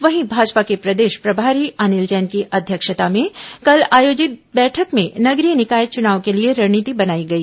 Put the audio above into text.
वहीं भाजपा के प्रदेश प्रभारी अनिल जैन की अध्यक्षता में कल आयोजित बैठक में नगरीय निकाय चुनाव के लिए रणनीति बनाई गई